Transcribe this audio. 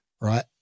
Right